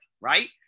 right